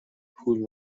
پول